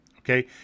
Okay